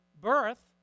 birth